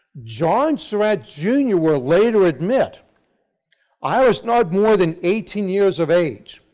john surrat, jr. will later admit i was not more than eighteen years of age,